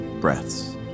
breaths